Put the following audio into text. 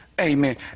Amen